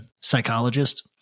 psychologist